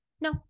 no